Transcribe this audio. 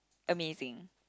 amazing